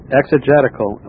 exegetical